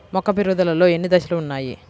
మొక్క పెరుగుదలలో ఎన్ని దశలు వున్నాయి?